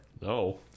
No